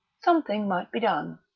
something might be done.